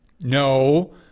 No